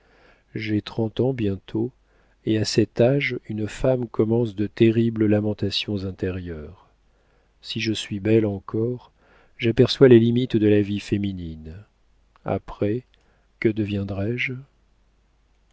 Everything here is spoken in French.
j'ai trente ans bientôt et à cet âge une femme commence de terribles lamentations intérieures si je suis belle encore j'aperçois les limites de la vie féminine après que deviendrai-je